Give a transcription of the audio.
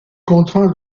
contraints